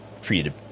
treated